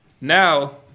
now